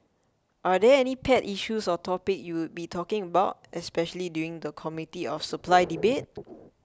are there any pet issues or topics you would be talking about especially during the Committee of Supply debate